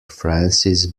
francis